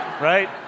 right